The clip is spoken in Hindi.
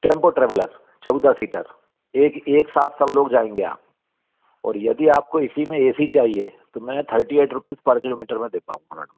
टेम्पो ट्रेवलर चौदह सीटर एक एक साथ सब लोग जाएंगे आप और यदि आपको इसी मे ए सी चाहिए तो मैं thirty eight rupees per kilometre में दे पाऊँगा मैडम